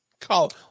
call